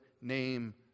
name